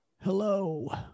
hello